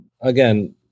again